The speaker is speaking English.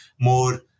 more